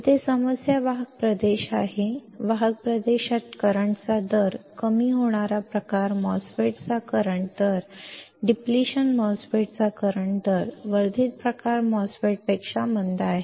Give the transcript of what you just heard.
येथे समस्या वाहक प्रदेशात आहे वाहक प्रदेशात करंट चा दर कमी होणारा प्रकार MOSFET चा करंट दर डिप्लेशन प्रकार MOSFET चा करंट दर वर्धित प्रकार MOSFET पेक्षा मंद आहे